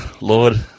Lord